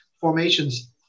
formations